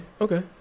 Okay